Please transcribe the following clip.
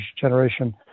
generation